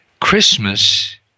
Christmas